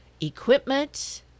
equipment